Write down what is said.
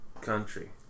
country